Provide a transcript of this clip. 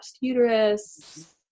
uterus